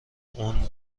اون